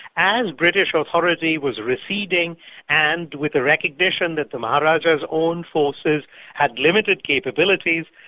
as british authority was receding and with the recognition that the maharajah's own forces had limited capabilities,